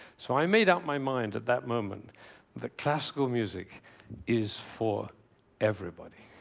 so i made up my mind at that moment that classical music is for everybody.